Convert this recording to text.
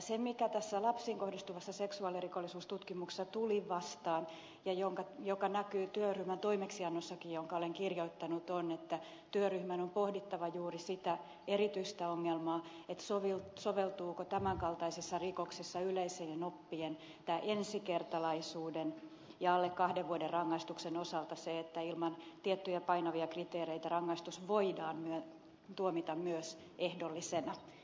se mikä tässä lapsiin kohdistuvassa seksuaalirikollisuustutkimuksessa tuli vastaan ja mikä näkyy työryhmän toimeksiannossakin jonka olen kirjoittanut on että työryhmän on pohdittava juuri sitä erityistä ongelmaa soveltuuko tämän kaltaisissa rikoksissa yleisten oppien ensikertalaisuuden ja alle kahden vuoden rangaistuksen osalta se että ilman tiettyjä painavia kriteereitä rangaistus voidaan tuomita myös ehdollisena